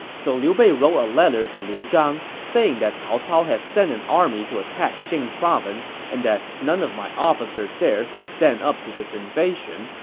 so liu bei wrote a letter to liu zhang, saying that cao cao had sent an army to attack jing province and that none of my officers there could stand up to this invasion,